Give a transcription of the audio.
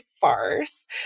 farce